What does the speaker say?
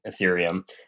ethereum